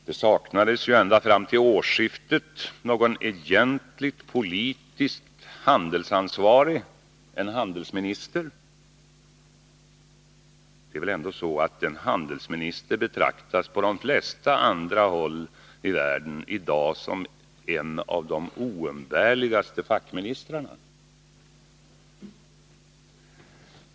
Det saknades ju ända fram till årsskiftet någon egentlig politiskt handelsansvarig — en handelsminister. En handelsminister betraktas nog annars i dag på de flesta håll i världen som en av de oumbärligaste fackministrarna.